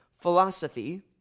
philosophy